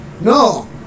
No